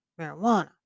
marijuana